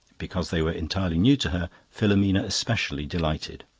because they were entirely new to her, filomena especially delighted.